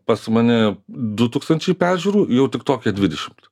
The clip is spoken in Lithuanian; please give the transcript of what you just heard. pas mane du tūkstančiai peržiūrų jau tik toke dvidešimt